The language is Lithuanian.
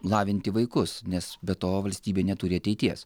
lavinti vaikus nes be to valstybė neturi ateities